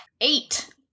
Eight